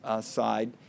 side